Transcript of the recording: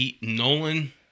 Nolan